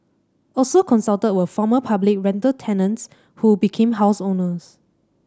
also consulted were former public rental tenants who became house owners